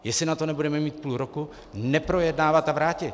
Jestli na to nebudeme mít půl roku, neprojednávat a vrátit!